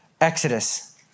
Exodus